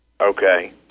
Okay